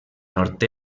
nord